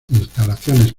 instalaciones